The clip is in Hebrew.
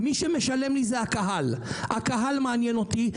מי שמשלם לי זה הקהל, ולכן הקהל מעניין אותי.